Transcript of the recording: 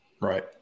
Right